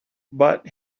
but